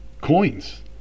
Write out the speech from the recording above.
coins